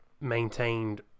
maintained